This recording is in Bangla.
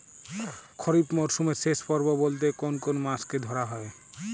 খরিপ মরসুমের শেষ পর্ব বলতে কোন কোন মাস কে ধরা হয়?